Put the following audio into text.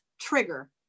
trigger